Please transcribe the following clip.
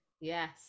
Yes